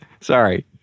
Sorry